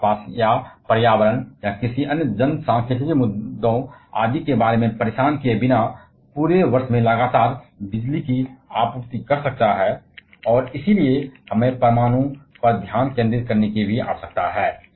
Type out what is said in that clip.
यह आसपास या पर्यावरण या किसी अन्य जनसांख्यिकीय मुद्दे आदि के बारे में परेशान किए बिना पूरे वर्ष में लगातार बिजली की आपूर्ति कर सकता है और इसलिए हमें परमाणु पर भी ध्यान देने की आवश्यकता है